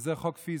וזה חוק פיזי.